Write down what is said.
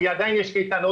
כי עדיין יש קייטנות,